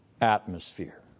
atmosphere